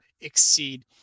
exceed